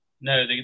No